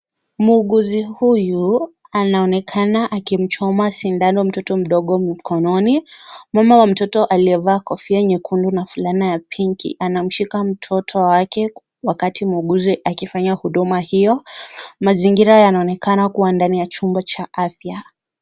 Muuguzi huyu anaonekana akimchoma shindano mtoto mdogo mkononi mama ya mtoto aliyevaa fulana nyeupe na kofia pinki anamshika mtoti wake wakati muudumu anafanya shughuli hiyo . Mazingira inaonekana kuwa chumba cha afya.